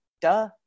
duh